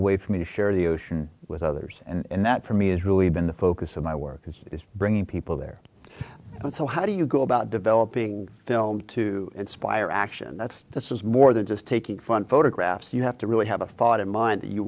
a way for me to share the ocean with others and that for me has really been the focus of my work and is bringing people there so how do you go about developing film to inspire action that's this is more than just taking front photographs you have to really have a thought in mind that you